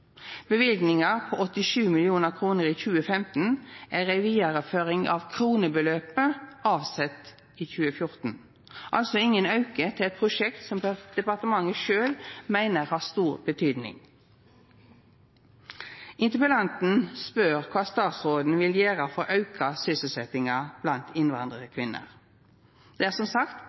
på 87 mill. kr i 2015 er ei vidareføring av kronebeløpet som var avsett i 2014, altså ingen auke til eit prosjekt som departementet sjølv meiner har stor betyding. Interpellanten spør kva statsråden vil gjera for å auka sysselsetjinga blant innvandrarkvinner. Det er, som sagt,